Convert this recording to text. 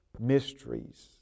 mysteries